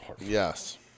Yes